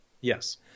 yes